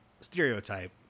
stereotype